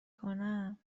کنم